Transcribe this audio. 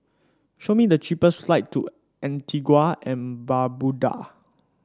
show me the cheapest flight to Antigua and Barbuda